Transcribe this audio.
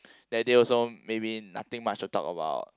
that day also maybe nothing much to talk about